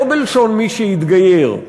לא בלשון "מי שהתגייר",